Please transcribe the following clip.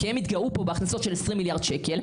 כי הם התגאו פה בהכנסות של 20 מיליארד שקל.